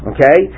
Okay